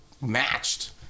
matched